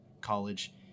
college